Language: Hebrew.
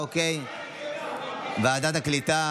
אושרה בקריאה הטרומית,